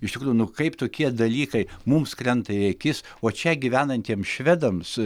iš tikrųjų nu kaip tokie dalykai mums krenta į akis o čia gyvenantiems švedams